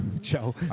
Joe